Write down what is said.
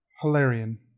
Hilarion